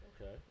Okay